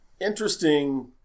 interesting